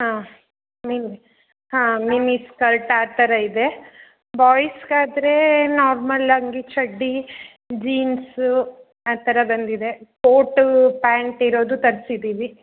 ಹಾಂ ನಿನಗೆ ಹಾಂ ಮಿನಿ ಸ್ಕರ್ಟ್ ಆ ಥರ ಇದೆ ಬಾಯ್ಸ್ಗೆ ಆದರೆ ನಾರ್ಮಲ್ ಅಂಗಿ ಚಡ್ಡಿ ಜೀನ್ಸು ಆ ಥರ ಬಂದಿದೆ ಕೋಟು ಪ್ಯಾಂಟ್ ಇರೋದು ತರ್ಸಿದ್ದೀನಿ